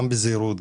גם בזהירות,